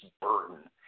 burden